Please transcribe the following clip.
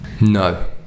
No